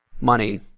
money